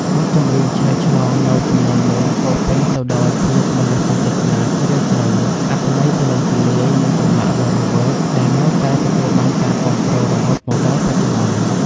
បទចម្រៀងឆ្លើយឆ្លងនៅជំនាន់មុនពោរពេញទៅដោយ ភាពមនោសញ្ចេតនាជ្រាលជ្រៅ អត្ថន័យទូលំទូលាយ និងចង្វាក់រស់រវើក ដែលនៅតែទទួលបានការគាំទ្ររហូតមកដល់បច្ចុប្បន្ន។